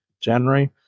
January